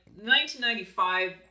1995